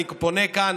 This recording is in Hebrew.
אני פונה מכאן